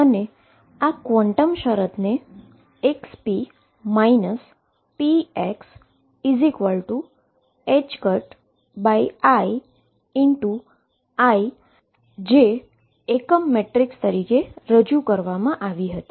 અને ક્વોન્ટમ શરતને xp pxiI જે આઈડેન્ટીટી મેટ્રિકસ તરીકે રજૂ કરવામાં આવી હતી